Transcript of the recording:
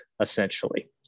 essentially